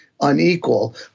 unequal